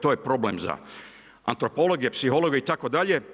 To je problem za antropologe, psihologe itd.